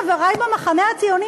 חברי במחנה הציוני,